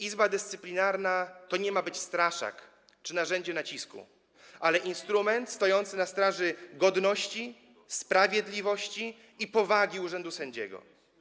Izba Dyscyplinarna to nie ma być straszak czy narzędzie nacisku, ale instrument stojący na straży godności, sprawiedliwości i powagi urzędu sędziego.